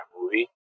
movie